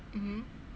mmhmm